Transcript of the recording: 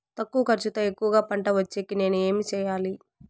తక్కువ ఖర్చుతో ఎక్కువగా పంట వచ్చేకి నేను ఏమి చేయాలి?